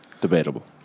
Debatable